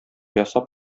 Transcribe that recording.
ясап